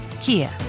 Kia